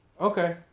Okay